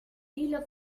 deal